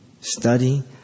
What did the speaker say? Study